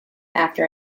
after